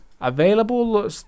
available